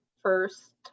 first